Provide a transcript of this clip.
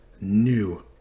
new